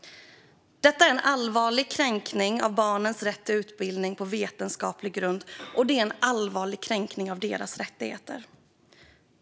Detta är en allvarlig kränkning av barnens rätt till utbildning på vetenskaplig grund, och det är en allvarlig kränkning av deras rättigheter.